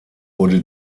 wurde